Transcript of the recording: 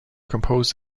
composed